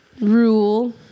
rule